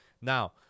Now